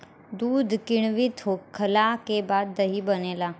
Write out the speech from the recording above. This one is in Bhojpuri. दूध किण्वित होखला के बाद दही बनेला